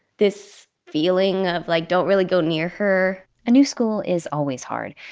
this feeling of, like, don't really go near her a new school is always hard,